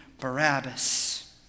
Barabbas